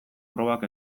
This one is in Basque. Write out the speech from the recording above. probak